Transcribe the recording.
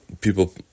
people